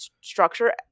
structure